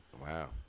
Wow